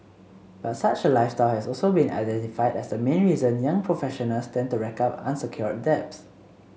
but such a lifestyle has also been identified as the main reason young professionals tend to rack up unsecured debts